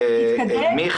אנחנו